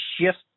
shift